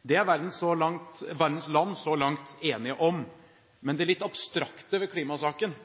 Det er verdens land så langt enige om. Men det litt abstrakte ved klimasaken